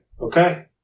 okay